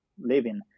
living